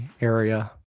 area